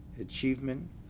achievement